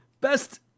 Best